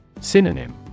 Synonym